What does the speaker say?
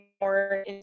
more